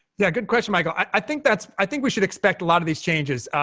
yeah, good question, michael. i think that's i think we should expect a lot of these changes,